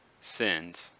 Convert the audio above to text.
sinned